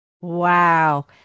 Wow